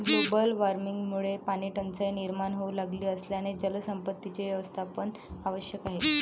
global वॉर्मिंगमुळे पाणीटंचाई निर्माण होऊ लागली असल्याने जलसंपत्तीचे व्यवस्थापन आवश्यक आहे